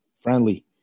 friendly